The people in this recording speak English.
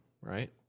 right